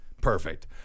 Perfect